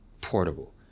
portable